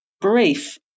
brief